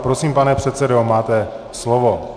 Prosím, pane předsedo, máte slovo.